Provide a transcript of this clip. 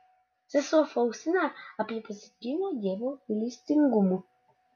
sesuo faustina apie pasitikėjimą dievo gailestingumu